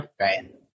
Right